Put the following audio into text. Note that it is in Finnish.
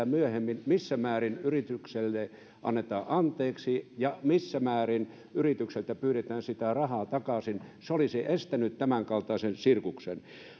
myöhemmin missä määrin yritykselle annetaan anteeksi ja missä määrin yritykseltä pyydetään sitä rahaa takaisin se olisi estänyt tämänkaltaisen sirkuksen